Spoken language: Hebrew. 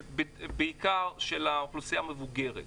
בעיקר של האוכלוסייה המבוגרת.